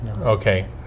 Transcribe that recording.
okay